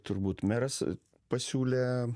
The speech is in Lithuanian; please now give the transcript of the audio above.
turbūt meras pasiūlė